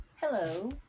Hello